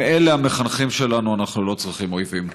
אם אלה המחנכים שלנו, אנחנו לא צריכים אויבים.